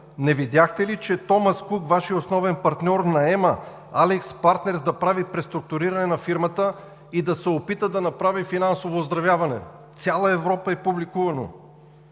не видяхте ли, че „Томас Кук“ – Вашият основен партньор, наема „Алис Партнерс“ да прави преструктуриране на фирмата и да се опита да направи финансово оздравяване? В цяла Европа е публикувано.